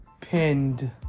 pinned